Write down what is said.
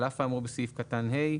על אף האמור בסעיף קטן (ה),